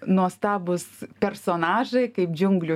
nuostabūs personažai kaip džiunglių